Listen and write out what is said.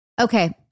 Okay